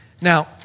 Now